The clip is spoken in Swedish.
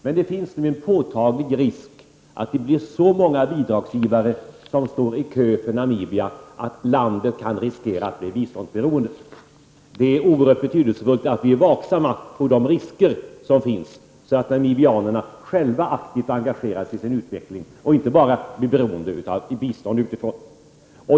Men det finns en påtaglig risk för att det blir så många bidragsgivare som ställer sig i kö för Namibia att landet kan riskera att bli biståndsberoende. Det är oerhört betydelsefullt att vi är vaksamma på de risker som finns, så att namibierna själva aktivt engagerar sig i sin utveckling och inte blir beroende av bistånd utifrån.